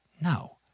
No